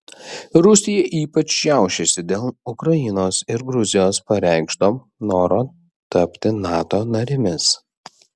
rusija ypač šiaušiasi dėl ukrainos ir gruzijos pareikšto noro tapti nato narėmis